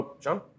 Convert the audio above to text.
John